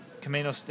Camino